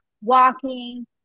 walking